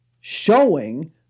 showing